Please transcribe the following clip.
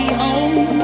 home